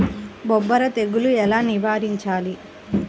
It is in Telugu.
బొబ్బర తెగులు ఎలా నివారించాలి?